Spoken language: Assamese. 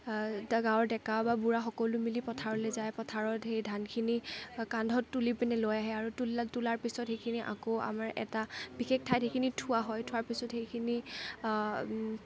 গাৱঁৰ ডেকা বা বুঢ়া সকলো মিলি পথাৰলৈ যায় পথাৰত সেই ধানখিনি কান্ধত তুলি পিনে লৈ আহে আৰু তোলা তোলাৰ পিছত সেইখিনি আকৌ আমাৰ এটা বিশেষ ঠাইত সেইখিনি থোৱা হয় থোৱাৰ পিছত সেইখিনি